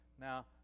Now